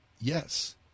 yes